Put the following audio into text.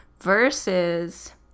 versus